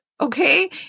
Okay